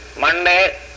Monday